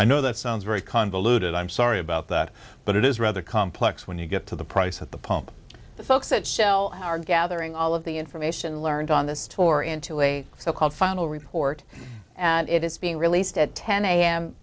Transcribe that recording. i know that sounds very convoluted i'm sorry about that but it is rather complex when you get to the price at the pump the folks at shell are gathering all of the information learned on the store into a so called final report and it is being released at ten a